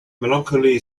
melancholy